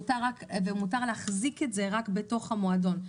ומותר להחזיק את זה רק בתוך המועדון.